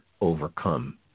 overcome